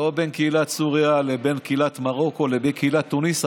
בין קהילת סוריה לבין קהילת מרוקו לבין קהילת תוניס,